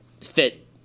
fit